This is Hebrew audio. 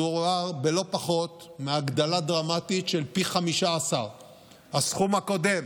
מדובר בלא פחות מהגדלה דרמטית של פי 15. הסכום הקודם